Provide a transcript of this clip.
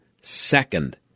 second